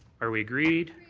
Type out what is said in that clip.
are we agreed?